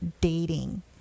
dating